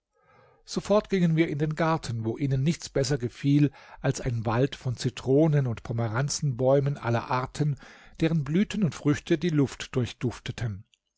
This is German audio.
sofort gingen wir in den garten wo ihnen nichts besser gefiel als ein wald von zitronen und pomeranzenbäumen aller arten deren blüten und früchte die luft